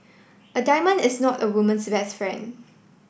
a diamond is not a woman's best friend